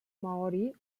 maori